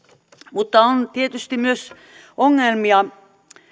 mutta on tietysti myös ongelmia